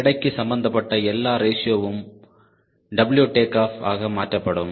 எடைக்கு சம்மந்தப்பட்ட எல்லா ரேஷியோவும் W டேக் ஆஃப் ஆக மாற்றப்படும்